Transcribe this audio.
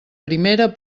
primera